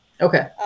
Okay